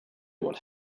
what